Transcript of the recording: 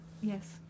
Yes